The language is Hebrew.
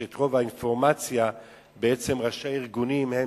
את רוב האינפורמציה בעצם ראשי הארגונים הם